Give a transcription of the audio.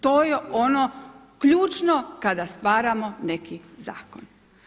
To je ono ključno kada stvaramo neki zakon.